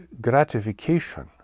gratification